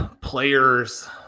players